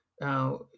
Now